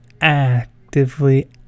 actively